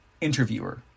Interviewer